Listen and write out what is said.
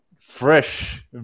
fresh